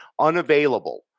unavailable